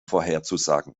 vorherzusagen